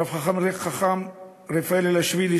הרב חכם רפאל אלאשווילי,